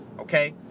okay